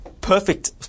perfect